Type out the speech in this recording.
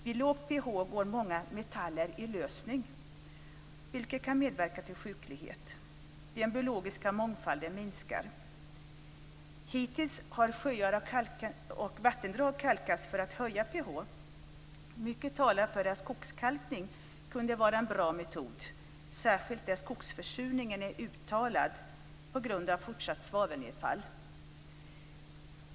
Vid lågt pH-värde går många metaller i lösning, vilket kan medverka till sjuklighet. Den biologiska mångfalden minskar. Hittills har sjöar och vattendrag kalkats för att höja pH-värdet. Mycket talar för att skogskalkning kunde vara en bra metod, särskilt där skogsförsurningen är uttalad på grund av fortsatt svavelnedfall.